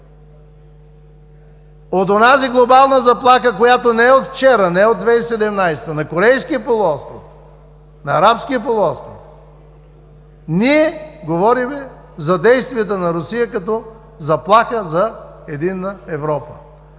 от онази глобална заплаха, която не е от вчера, не е от 2017 г. – на Корейския полуостров, на Арабския полуостров, ние говорим за действията на Русия като заплаха за единна Европа.